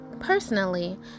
Personally